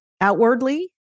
outwardly